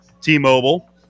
T-Mobile